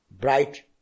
bright